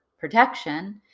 protection